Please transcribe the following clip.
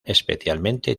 especialmente